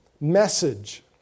message